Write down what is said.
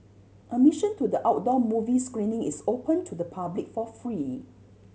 admission to the outdoor movie screening is open to the public for free